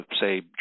say